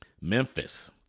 Memphis